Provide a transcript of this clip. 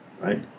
right